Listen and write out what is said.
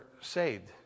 saved